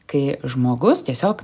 kai žmogus tiesiog